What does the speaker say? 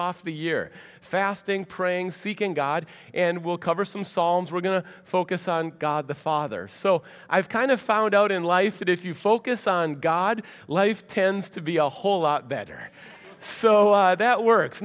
off the year fasting praying seeking god and we'll cover some psalms we're going to focus on god the father so i've kind of found out in life that if you focus on god life tends to be a whole lot better so that works